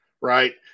Right